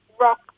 rock